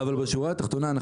אבל בשורה התחתונה,